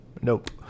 Nope